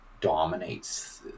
dominates